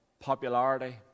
popularity